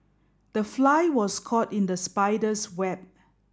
the fly was caught in the spider's web